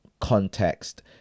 context